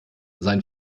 sein